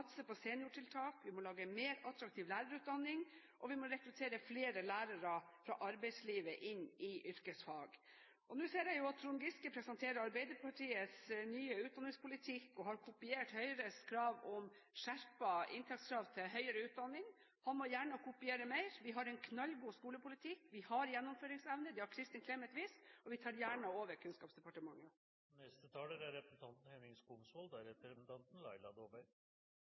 satse på seniortiltak, vi må lage en mer attraktiv lærerutdanning, og vi må rekruttere flere lærere fra arbeidslivet inn i yrkesfag. Nå ser jeg at Trond Giske presenterer Arbeiderpartiets nye utdanningspolitikk og har kopiert Høyres krav om skjerpet inntakskrav til høyere utdanning. Han må gjerne kopiere mer, vi har en knallgod skolepolitikk, vi har gjennomføringsevne – det har Kristin Clemet vist – og vi tar gjerne over Kunnskapsdepartementet.